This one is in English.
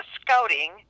Scouting